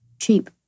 Cheap